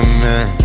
Amen